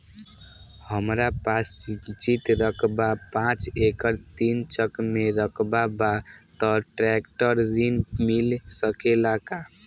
हमरा पास सिंचित रकबा पांच एकड़ तीन चक में रकबा बा त ट्रेक्टर ऋण मिल सकेला का?